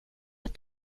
att